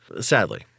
sadly